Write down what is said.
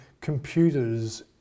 computers